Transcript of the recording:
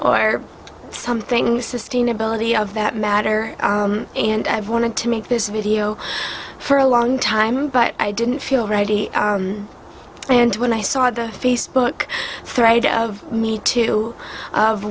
or something sustainability of that matter and i've wanted to make this video for a long time but i didn't feel ready and when i saw the facebook thread of me two of